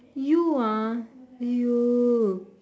you ah !aiyo!